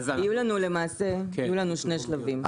יהיה לנו למעשה שני שלבים.